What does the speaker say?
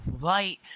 light